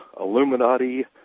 Illuminati